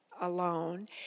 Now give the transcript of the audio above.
alone